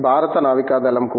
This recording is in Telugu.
భారత నావికాదళం కూడా